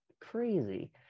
crazy